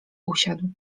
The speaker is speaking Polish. usiadł